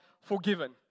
forgiven